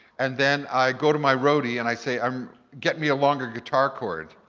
and then i go to my roadie and i say, um get me a longer guitar cord.